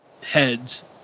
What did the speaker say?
heads